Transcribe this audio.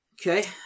Okay